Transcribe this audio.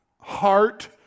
heart